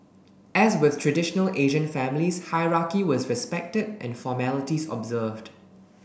as with traditional Asian families hierarchy was respected and formalities observed